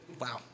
Wow